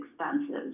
expenses